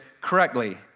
correctly